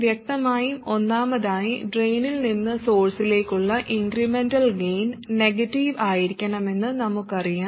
വ്യക്തമായും ഒന്നാമതായി ഡ്രെയിനിൽ നിന്ന് സോഴ്സിലേക്കുള്ള ഇൻക്രെമെന്റൽ ഗെയിൻ നെഗറ്റീവ് ആയിരിക്കണമെന്ന് നമുക്കറിയാം